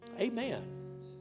Amen